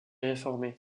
réformés